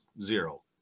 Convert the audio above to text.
zero